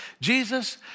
Jesus